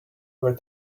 were